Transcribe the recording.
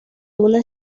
una